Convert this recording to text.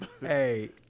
Hey